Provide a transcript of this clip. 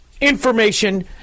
information